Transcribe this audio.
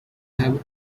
have